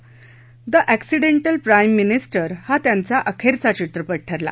the accidental prime minister हा त्यांचा अखेरचा चित्रपट ठरला